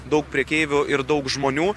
daug prekeivių ir daug žmonių